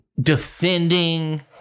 defending